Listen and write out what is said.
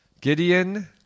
Gideon